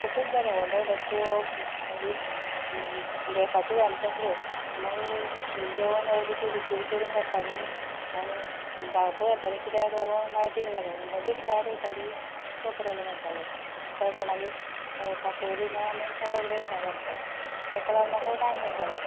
तोपूच जाले व्हडले व्हडले तोप मागीर गॅसाचेर मागीर जेवण अर्दें चुलीचेर करून काडटालीं धांवपळ जाताली कित्याक लागून लायटीक लागून मदींच लायट वयताली तो प्रोब्लम जातालो आतां कोणागेर फातरूय ना आनी रगडोय ना वांठपाक ताका लागून मातसो टायम जातालो